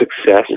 success